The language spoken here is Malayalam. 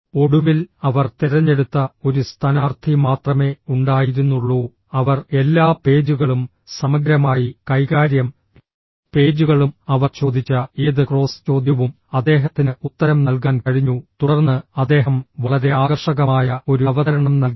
ഒടുവിൽ അവർ തിരഞ്ഞെടുത്ത ഒരു സ്ഥാനാർത്ഥി മാത്രമേ ഉണ്ടായിരുന്നുള്ളൂ അവർ എല്ലാ പേജുകളും സമഗ്രമായി കൈകാര്യം പേജുകളും അവർ ചോദിച്ച ഏത് ക്രോസ് ചോദ്യവും അദ്ദേഹത്തിന് ഉത്തരം നൽകാൻ കഴിഞ്ഞു തുടർന്ന് അദ്ദേഹം വളരെ ആകർഷകമായ ഒരു അവതരണം നൽകി